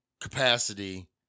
capacity